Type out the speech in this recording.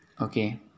okay